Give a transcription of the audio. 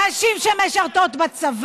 מה שהוא רוצה זה להעיף את דינה זילבר,